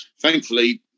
thankfully